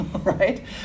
right